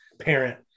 parent